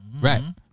Right